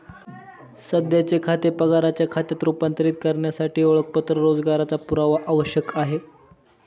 सध्याचे खाते पगाराच्या खात्यात रूपांतरित करण्यासाठी ओळखपत्र रोजगाराचा पुरावा आवश्यक आहे